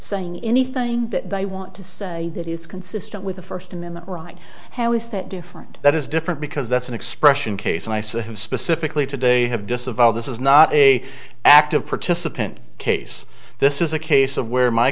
saying anything that they want to say that is consistent with the first amendment right how is that different that is different because that's an expression case and i said specifically today have disavowed this is not a active participant case this is a case of where my